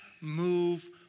move